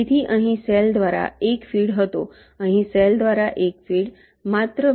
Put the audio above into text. તેથી અહીં સેલ દ્વારા એક ફીડ હતો અહીં સેલ દ્વારા એક ફીડ માત્ર બે